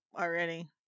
already